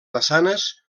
façanes